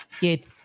get